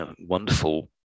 wonderful